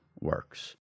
works